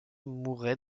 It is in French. mourait